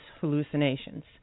hallucinations